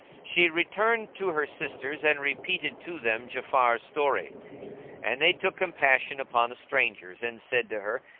she returned to her sisters and repeated to them ja'afar's story and they took compassion upon the strangers and said to her,